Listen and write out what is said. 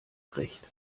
recht